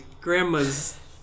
grandma's